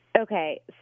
Okay